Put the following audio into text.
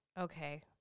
okay